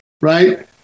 right